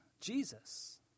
Jesus